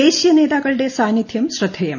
ദേശീയ നേതാക്കളുടെ സാന്നിധൃവും ശ്രദ്ധേയം